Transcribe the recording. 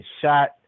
shot